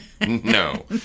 No